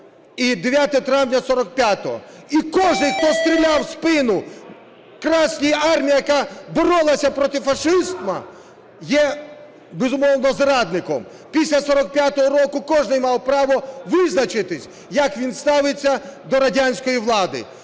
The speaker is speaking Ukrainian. і 9 травня 45-го. І кожен, хто стріляв у спину Красній армії, яка боролася проти фашизму, є, безумовно, зрадником. Після 45-го року кожний мав право визначатись, як він ставиться до радянської влади.